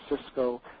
Cisco